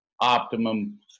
optimum